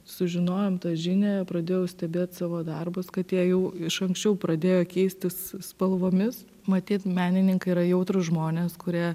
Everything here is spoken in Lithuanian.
sužinojom tą žinią pradėjau stebėt savo darbus kad jie jau iš anksčiau pradėjo keistis spalvomis matyt menininkai yra jautrūs žmonės kurie